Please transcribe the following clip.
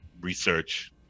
research